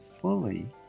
fully